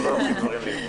פה לא הולכים דברים לאיבוד.